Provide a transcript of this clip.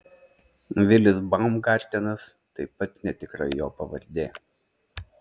vilis baumgartenas taip pat netikra jo pavardė